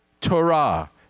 Torah